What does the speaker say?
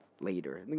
later